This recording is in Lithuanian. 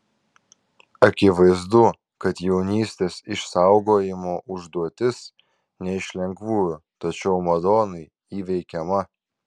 akivaizdu kad jaunystės išsaugojimo užduotis ne iš lengvųjų tačiau madonai įveikiama